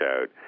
out